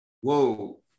whoa